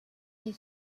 les